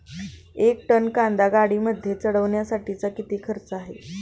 एक टन कांदा गाडीमध्ये चढवण्यासाठीचा किती खर्च आहे?